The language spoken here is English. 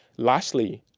lastly,